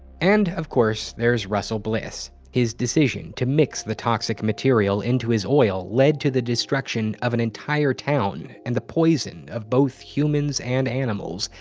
and, of course, there's russell bliss. his decision to mix the toxic material into his oil led to the destruction of an entire town, and the poison of both humans and animals.